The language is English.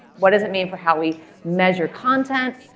what does it mean for how we measure content?